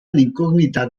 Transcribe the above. inkognita